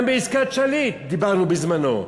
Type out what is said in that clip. גם בעסקת שליט דיברנו בזמנו.